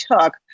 took